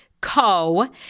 Co